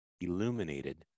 illuminated